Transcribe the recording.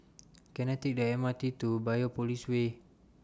Can I Take The M R T to Biopolis Way